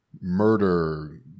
murder